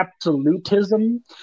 absolutism